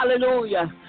Hallelujah